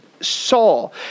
Saul